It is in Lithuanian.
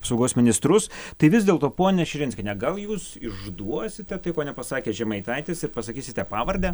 saugos ministrus tai vis dėlto ponia širinskiene gal jūs išduosite tai ko nepasakė žemaitaitis ir pasakysite pavardę